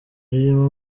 ririmo